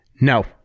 No